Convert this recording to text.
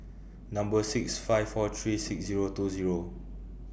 Number six five four three six Zero two Zero